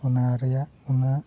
ᱚᱱᱟ ᱨᱮᱭᱟᱜ ᱚᱱᱟ